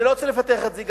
אני לא רוצה לפתח את זה,